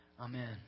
Amen